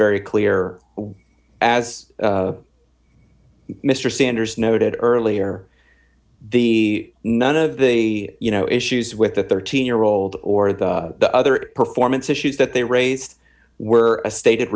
very clear as mr sanders noted earlier the none of the you know issues with the thirteen year old or the other performance issues that they raised were a stated